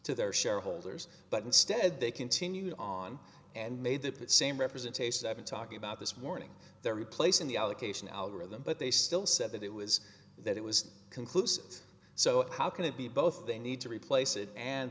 to their shareholders but instead they continued on and made the same representation i've been talking about this morning they're replacing the allocation algorithm but they still said that it was that it was conclusive so how can it be both they need to replace it and